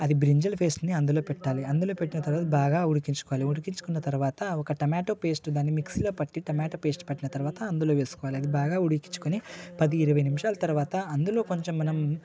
అది బ్రింజల్ పేస్టుని అందులో పెట్టాలి అందులో పెట్టిన తర్వాత బాగా ఉడికించుకోవాలి ఉడికించుకున్న తర్వాత ఒక టమోటా పేస్టుని మిక్సీలో పట్టి టమాటో పేస్టు పట్టిన తర్వాత అందులో వేసుకోవాలి బాగా ఉడికించుకొని పది ఇరవై నిమిషాల తర్వాత అందులో కొంచెం మసాలా